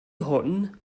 hwn